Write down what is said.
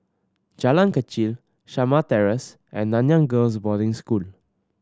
Jalan Kechil Shamah Terrace and Nanyang Girls' Boarding School